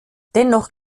dennoch